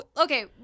okay